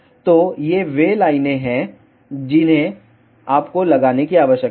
तो ये वे लाइनें हैं जिन्हें आपको लगाने की आवश्यकता है